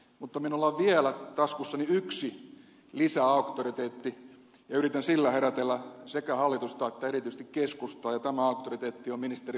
mutta minulla on vielä taskussani yksi lisäauktoriteetti ja yritän sillä herätellä sekä hallitusta että erityisesti keskustaa ja tämä auktoriteetti on ministeri mauri pekkarinen